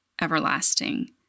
everlasting